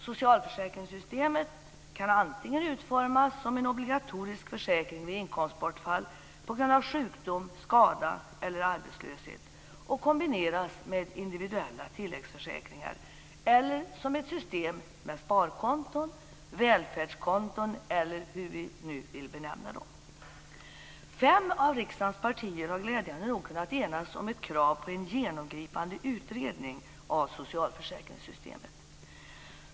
Socialförsäkringssystemet kan antingen utformas som en obligatorisk försäkring vid inkomstbortfall p.g.a. sjukdom, skada eller arbetslöshet och kombineras med individuella tilläggsförsäkringar eller som ett system med sparkonton, välfärdskonton eller hur vi nu vill benämna dem. Fem av riksdagens partier har glädjande nog kunnat enas om ett krav på en genomgripande utredning av socialförsäkringssystemet.